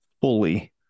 fully